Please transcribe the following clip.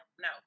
no